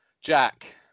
Jack